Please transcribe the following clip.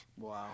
Wow